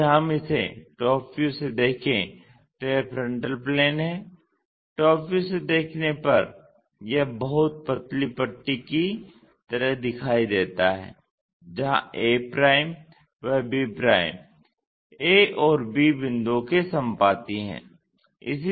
यदि हम इसे टॉप व्यू से देखें तो यह फ्रंटल प्लेन है टॉप व्यू से देखने पर यह बहुत पतली पट्टी की तरह दिखाई देता है जहाँ a व b a और b बिंदुओं के संपाती है